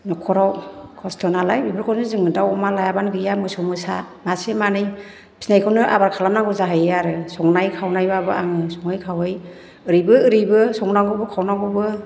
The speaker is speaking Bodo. नख'राव खस्थ' नालाय बेफोरखौनो जोङो दाउ अमा लायाबानो गैया मोसौ मोसा मासे मानै फिनायखौनो आबार खालामनांगौ जाहैयो आरो संनाय खावनायबाबो आङो सङै खावै ओरैबो ओरैबो संनांगौबो खावनांगौबो